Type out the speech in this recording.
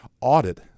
audit